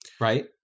right